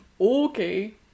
Okay